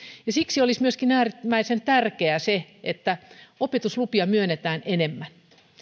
siksi olisi myöskin äärimmäisen tärkeää se että opetuslupia myönnetään enemmän